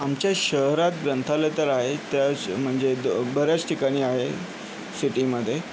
आमच्या शहरात ग्रंथालय तर आहेत त्याश म्हणजे द बऱ्याच ठिकाणी आहे सिटीमध्ये